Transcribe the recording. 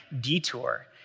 detour